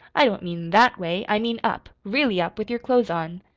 i don't mean that way. i mean up really up with your clothes on.